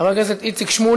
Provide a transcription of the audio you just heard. חבר הכנסת נחמן שי,